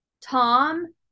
Tom